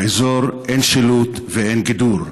באזור אין שילוט ואין גידור.